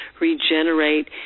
regenerate